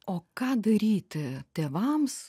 o ką daryti tėvams